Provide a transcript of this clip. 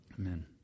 Amen